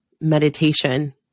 meditation